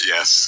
Yes